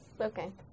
Okay